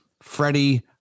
Freddie